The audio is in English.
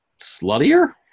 sluttier